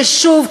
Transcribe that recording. ששוב,